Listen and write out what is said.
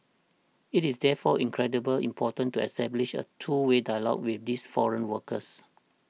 it is therefore incredible important to establish a two way dialogue with these foreign workers